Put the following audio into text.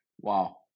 Wow